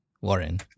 Warren